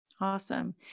Awesome